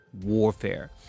warfare